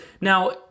Now